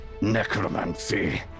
Necromancy